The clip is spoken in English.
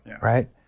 right